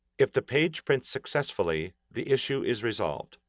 if the page prints successfully, the issue is resolved.